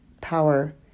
power